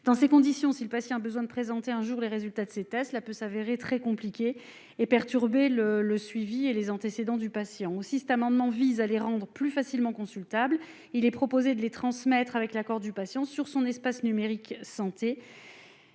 dans ces conditions, si le patient a besoin de présenter un jour les résultats de ces tests-là peut s'avérer très compliqué et perturbé le le suivi et les antécédents du patient aussi cet amendement vise à les rendre plus facilement consultables, il est proposé de les transmettre avec l'accord du patient sur son espace numérique santé